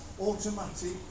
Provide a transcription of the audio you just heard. automatic